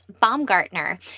Baumgartner